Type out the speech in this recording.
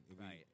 right